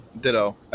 ditto